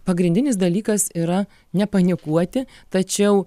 pagrindinis dalykas yra nepanikuoti tačiau